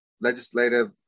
legislative